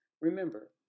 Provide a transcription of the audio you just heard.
Remember